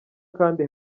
kandi